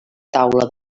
taula